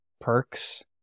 perks